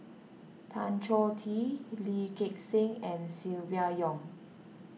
Tan Choh Tee Lee Gek Seng and Silvia Yong